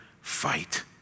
fight